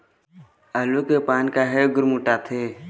आलू के पान काहे गुरमुटाथे?